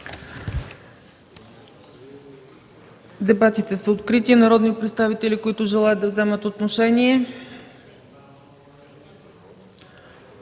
Дебатите са открити. Народни представители, които желаят да вземат отношение?